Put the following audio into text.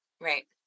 Right